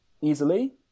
easily